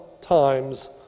times